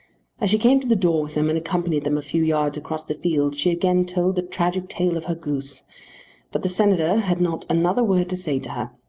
as she came to the door with them and accompanied them a few yards across the field she again told the tragic tale of her goose but the senator had not another word to say to her.